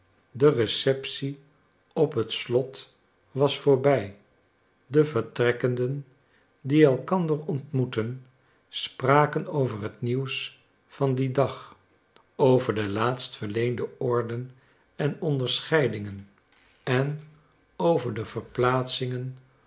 de receptie op het slot was voorbij de vertrekkenden die elkander ontmoetten spraken over het nieuws van den dag over de laatst verleende orden en onderscheidingen en over de verplaatsingen